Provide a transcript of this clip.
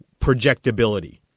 projectability